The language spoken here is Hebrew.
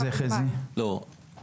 חזי, מה עם זה?